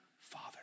father